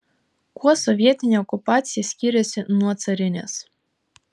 kuo sovietinė okupacija skyrėsi nuo carinės